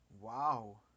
Wow